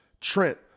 trent